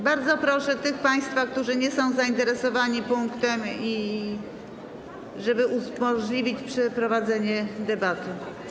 Bardzo proszę tych państwa, którzy nie są zainteresowani punktem, żeby umożliwili przeprowadzenie debaty.